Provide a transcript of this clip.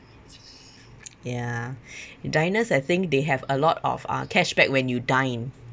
ya diners I think they have a lot of uh cashback when you dine